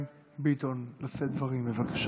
אני מזמין את חבר הכנסת חיים ביטון לשאת דברים,